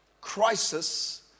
crisis